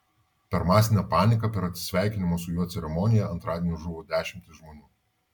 per masinę paniką per atsisveikinimo su juo ceremoniją antradienį žuvo dešimtys žmonių